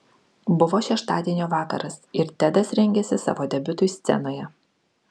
buvo šeštadienio vakaras ir tedas rengėsi savo debiutui scenoje